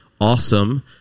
Awesome